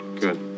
Good